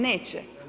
Neće.